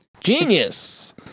Genius